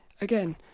again